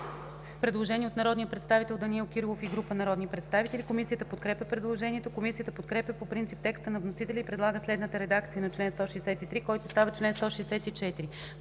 Предложение от народния представител Данаил Кирилов и група народни представители. Комисията подкрепя предложението. Комисията подкрепя по принцип текста на вносителя и предлага следната редакция на чл. 163, който става чл. 164: